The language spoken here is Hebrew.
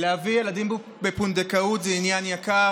להביא ילדים בפונדקאות זה עניין יקר,